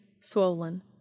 swollen